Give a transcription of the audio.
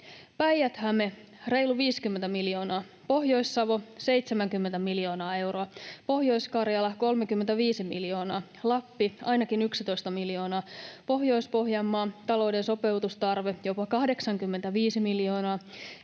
Päijät-Häme reilut 50 miljoonaa, Pohjois-Savo 70 miljoonaa euroa, Pohjois-Karjala 35 miljoonaa, Lappi ainakin 11 miljoonaa, Pohjois-Pohjanmaan talouden sopeutustarve jopa 85 miljoonaa,